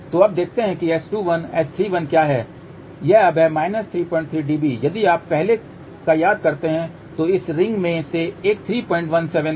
तो अब देखते हैं कि S21 S31 क्या है यह अब है 33 dB यदि आप पहले का याद करते हैं कि इस रिंग में से एक 317 था